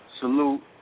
salute